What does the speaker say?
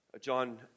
John